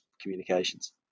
communications